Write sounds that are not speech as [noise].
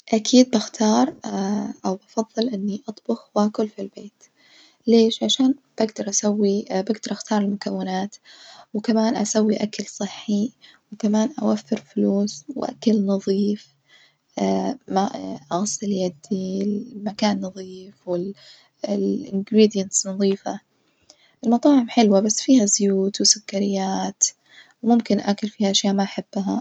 أكيد بختار [hesitation] أو بفظل إني أطبخ وآكل في البيت، ليش؟ عشان بجدر أسوي بجدر أختار المكونات وكمان أسوي أكل صحي وكمان أوفر فلوس وأكل نظيف [hesitation] ما [hesitation] أغسل يدي المكان نظيف، المكونات نظيفة، المطاعم حلوة بس فيها زيوت وسكريات وممكن آكل فيها أشياء ما أحبها.